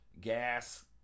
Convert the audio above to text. gas